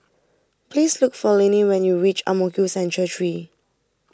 please look for Linnea when you reach Ang Mo Kio Central three